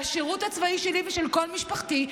והשירות הצבאי שלי ושל כל משפחתי,